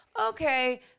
okay